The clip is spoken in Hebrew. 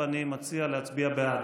אני מציע להצביע בעד.